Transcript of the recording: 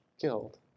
killed